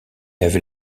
avait